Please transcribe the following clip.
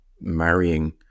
marrying